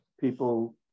people